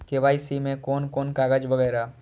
KYC में कोन कोन कागज वगैरा?